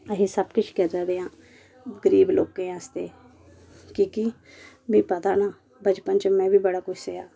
अहीं सब कुछ करा दे आं गरीब लोकें आसै की कि मिगी पता ना बचपन च में बी बड़ा कुछ सेहा